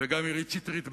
וגם אירית שטרית באשדוד,